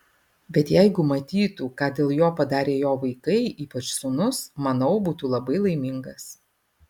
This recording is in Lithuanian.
bet jeigu matytų ką dėl jo padarė jo vaikai ypač sūnus manau būtų labai laimingas